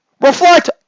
reflect